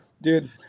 Dude